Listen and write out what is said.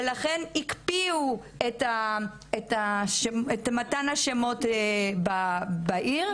ולכן הקפיאו את מתן השמות בעיר,